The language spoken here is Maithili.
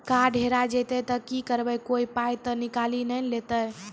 कार्ड हेरा जइतै तऽ की करवै, कोय पाय तऽ निकालि नै लेतै?